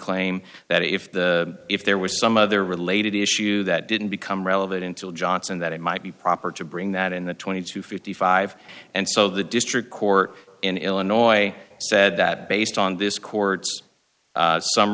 claim that if the if there was some other related issue that didn't become relevant until johnson that it might be proper to bring that in the twenty to fifty five and so the district court in illinois said that based on this court